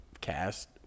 cast